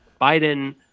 biden